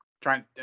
Trying